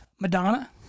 Madonna